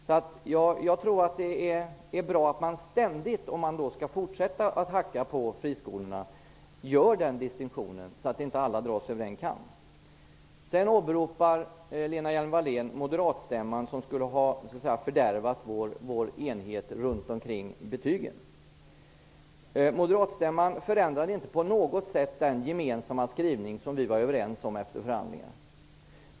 Om man skall fortsätta att hacka på friskolorna tror jag att det är bra att man ständigt gör en distinktion, så att alla inte skär över en kam. Lena Hjelm-Wallén åberopar moderatstämman som skulle ha fördärvat vår enighet om betygen. Moderatstämman förändrade inte på något sätt den gemensamma skrivning som vi var överens om efter förhandlingarna.